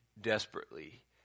desperately